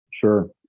Sure